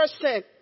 person